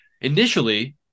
initially